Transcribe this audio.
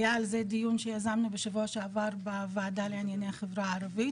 היה על זה דיון שיזמנו בשבוע שעבר בוועדה לענייני הערבית,